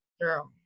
Girl